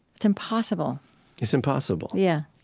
it's impossible it's impossible yeah